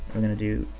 we're gonna do,